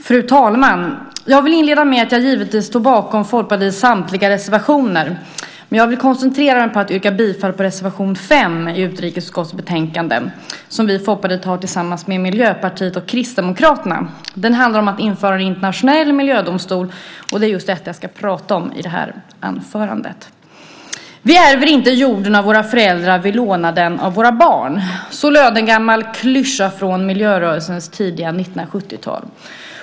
Fru talman! Jag vill inleda med att säga att jag givetvis står bakom Folkpartiets samtliga reservationer, men jag vill koncentrera mig på att yrka bifall till reservation 5 i utrikesutskottets betänkande som vi i Folkpartiet har tillsammans med Miljöpartiet och Kristdemokraterna. Den handlar om att införa en internationell miljödomstol, och det är just detta jag ska prata om i det här anförandet. Vi ärver inte jorden av våra föräldrar - vi lånar den av våra barn. Så löd en gammal klyscha från miljörörelsens tidiga 1970-tal.